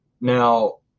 Now